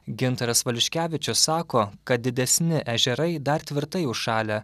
gintaras valiuškevičius sako kad didesni ežerai dar tvirtai užšalę